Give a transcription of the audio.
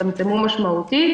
הצטמצמו משמעותית.